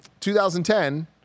2010